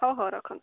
ହଉ ହଉ ରଖନ୍ତୁ